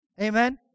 Amen